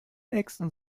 nächsten